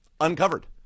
uncovered